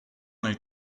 nel